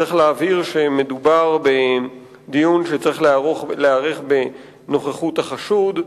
צריך להבהיר שמדובר בדיון שצריך להיערך בנוכחות החשוד.